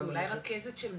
זה אולי רכזת של מפעיל,